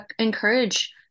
encourage